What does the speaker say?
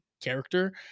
character